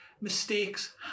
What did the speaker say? Mistakes